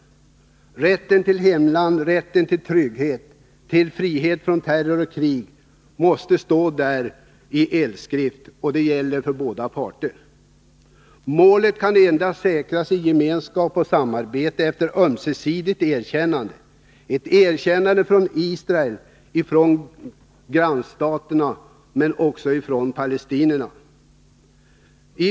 Rätten till ett hemland, till trygghet och frihet från terror och krig måste stå som i eldskrift. Det gäller för båda parter. Detta mål kan endast säkras i gemenskap och samarbete, efter ömsesidigt erkännande av Israel, grannstaterna och palestinierna.